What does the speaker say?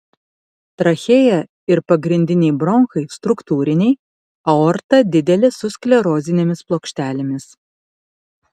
trachėja ir pagrindiniai bronchai struktūriniai aorta didelė su sklerozinėmis plokštelėmis